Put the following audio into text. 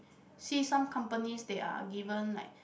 see some companies they are given like